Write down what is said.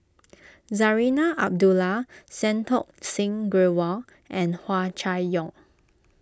Zarinah Abdullah Santokh Singh Grewal and Hua Chai Yong